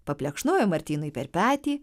paplekšnojo martynui per petį